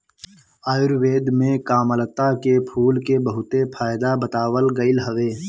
आयुर्वेद में कामलता के फूल के बहुते फायदा बतावल गईल हवे